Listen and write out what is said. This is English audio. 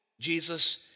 Jesus